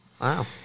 Wow